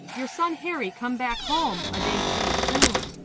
your son harry come back home a day too soon.